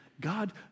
God